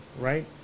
right